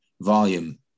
volume